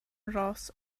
ros